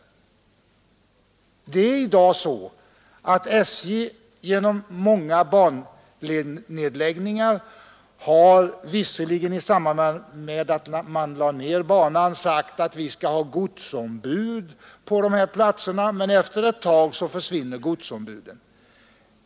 Visserligen säger SJ i samband med bannedläggningar att man i stället skall ha godsombud på de platser som drabbas, men efter ett tag försvinner godsombuden.